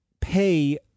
pay